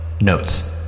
Notes